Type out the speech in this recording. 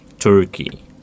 turkey